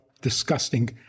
disgusting